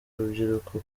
urubyiruko